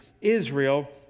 Israel